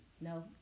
No